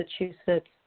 Massachusetts